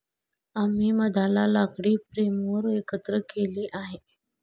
आम्ही मधाला लाकडी फ्रेमवर एकत्र केले आहे